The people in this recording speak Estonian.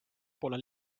poole